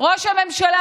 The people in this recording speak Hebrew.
ראש הממשלה,